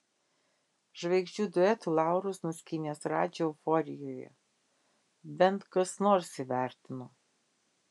žvaigždžių duetų laurus nuskynęs radži euforijoje bent kas nors įvertino